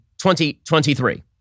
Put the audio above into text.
2023